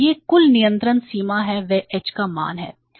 यह कुल नियंत्रण सीमा है वे h का मान है